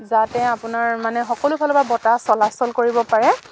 যাতে আপোনাৰ মানে সকলো ফালৰ পৰা বতাহ চলাচল কৰিব পাৰে